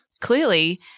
clearly –